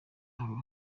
aho